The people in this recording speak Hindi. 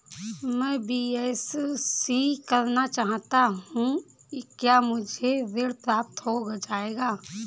मैं बीएससी करना चाहता हूँ क्या मुझे ऋण प्राप्त हो जाएगा?